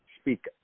speak